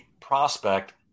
prospect